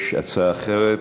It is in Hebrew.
יש הצעה אחרת?